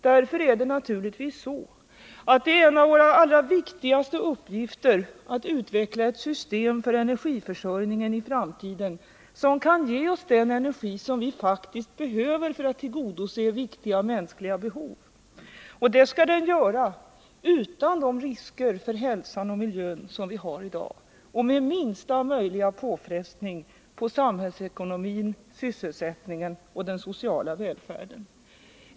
Därför är en av våra allra viktigaste uppgifter att utveckla ett system för energiförsörjningen i framtiden som kan ge oss den energi som faktiskt behövs för att tillgodose viktiga mänskliga behov, utan de risker för hälsan och miljön som vi har i dag, och minsta möjliga påfrestningar på samhällsekonomin, sysselsättningen och den sociala välfärden.